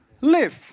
live